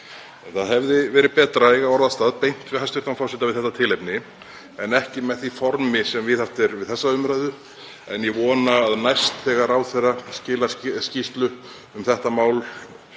Það hefði verið betra að eiga orðastað beint við hæstv. forseta við þetta tilefni en ekki með því formi sem viðhaft er við þessa umræðu. En ég vona að næst þegar ráðherra skilar skýrslu um þetta mál